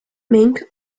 mink